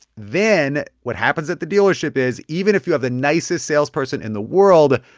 then what happens at the dealership is even if you have the nicest salesperson in the world,